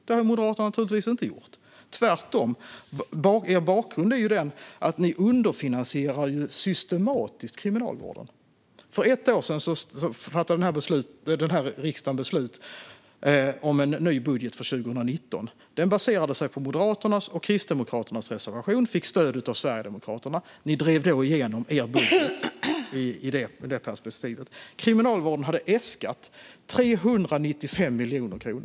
Det har Moderaterna naturligtvis inte gjort, tvärtom. Bakgrunden är att Moderaterna systematiskt underfinansierar kriminalvården. För ett år sedan fattade den här riksdagen beslut om en ny budget för 2019. Den baserades på Moderaternas och Kristdemokraternas reservation och fick stöd av Sverigedemokraterna. Ni drev då igenom er budget, Ellen Juntti. Kriminalvården hade äskat 395 miljoner kronor.